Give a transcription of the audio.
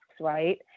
right